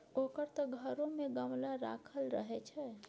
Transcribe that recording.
ओकर त घरो मे गमला राखल रहय छै